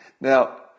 Now